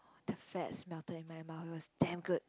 the fats melted in my mouth it was damn good